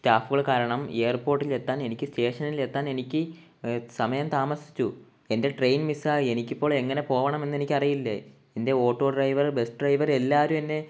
സ്റ്റാഫുകൾ കാരണം എയർപോർട്ടിൽ എത്താൻ എനിക്ക് സ്റ്റേഷനിൽ എത്താൻ എനിക്ക് സമയം താമസിച്ചു എൻ്റെ ട്രെയിൻ മിസ്സായി എനിക്കിപ്പോൾ എങ്ങനെ പോകണം എന്ന് എനിക്കറിയില്ലെ എൻ്റെ ഓട്ടോ ഡ്രൈവർ ബസ് ഡ്രൈവർ എല്ലാവരും എന്നെ